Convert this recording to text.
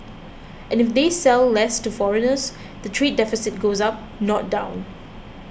and if they sell less to foreigners the trade deficit goes up not down